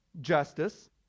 justice